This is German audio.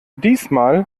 diesmal